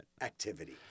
activity